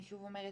אני שוב אומרת,